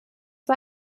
war